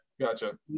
gotcha